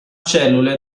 cellule